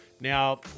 now